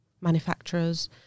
manufacturers